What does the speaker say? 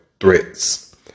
threats